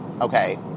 Okay